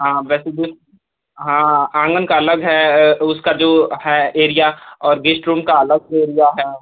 हाँ वैसे भी हाँ आँगन का अलग है उसका जो है एरिया और गेस्ट रूम का अलग एरिया है